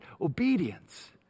obedience